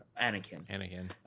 Anakin